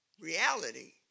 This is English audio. Reality